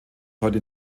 heute